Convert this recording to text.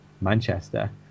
Manchester